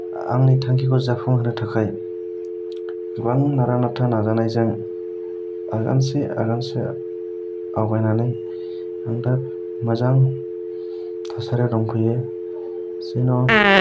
आंनि थांखिखौ जाफुंहोनो थाखाय गोबां नारा नाथा नाजानायजों आगानसे आगानसे आवगायनानै आं दा मोजां थासारियाव दंफैयो जेन'